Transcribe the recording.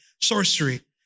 sorcery